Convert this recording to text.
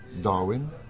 Darwin